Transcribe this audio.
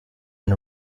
and